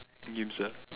game ah